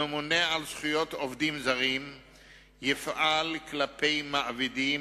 הממונה על זכויות עובדים זרים יפעל כלפי מעבידים,